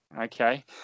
Okay